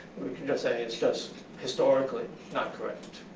can just say is just historically not correct.